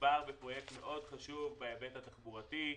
מדובר בפרויקט חשוב מאוד בהיבט התחבורתי.